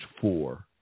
four